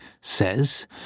says